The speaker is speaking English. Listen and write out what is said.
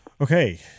Okay